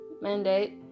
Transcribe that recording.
mandate